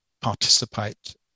participate